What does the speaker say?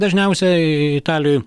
dažniausią italijoj